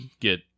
get